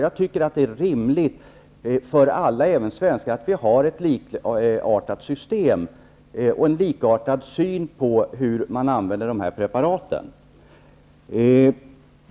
Jag tycker att det är rimligt att vi i Sverige har ett i förhållande till andra länder likartat system och en likartad syn på hur man använder dessa preparat.